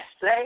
say